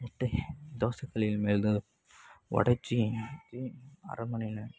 முட்டையை தோசைக்கல்லின் மேலே உடச்சி அரைமணி நே